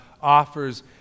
offers